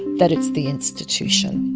that it's the institution.